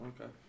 Okay